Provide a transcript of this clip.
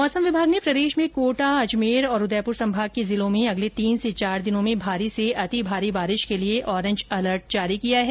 मौसम विभाग ने प्रदेश में कोटा अजमेर और उदयपुर संभाग के जिलों में अगले तीन से चार दिनों में भारी से अति भारी बारिश के लिए ऑरेंज अलर्ट जारी किया है